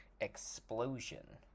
explosion